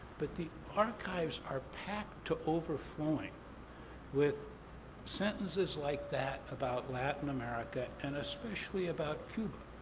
but the are kind of are packed to overflowing with sentences like that about latin america, and especially about cuba,